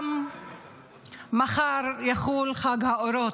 מחר גם יחול חג האורות.